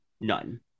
None